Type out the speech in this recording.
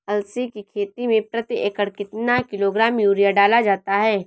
अलसी की खेती में प्रति एकड़ कितना किलोग्राम यूरिया डाला जाता है?